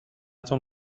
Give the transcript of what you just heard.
تون